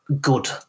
good